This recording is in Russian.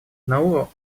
науру